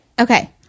Okay